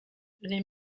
les